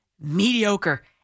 mediocre